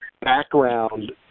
background